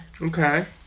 Okay